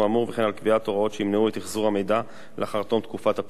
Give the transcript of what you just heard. וכן על קביעת הוראות שימנעו את אחזור המידע לאחר תום תקופת הפרסום.